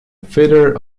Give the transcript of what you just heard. fitter